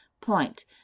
Point